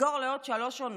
לסגור לעוד שלוש עונות,